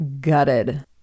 gutted